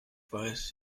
weiß